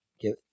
Give